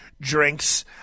drinks